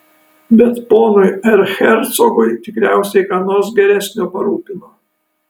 bet ponui erchercogui tikriausiai ką nors geresnio parūpino